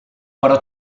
però